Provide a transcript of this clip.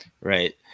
Right